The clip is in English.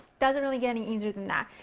doesn't really get any easier than that!